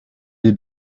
sie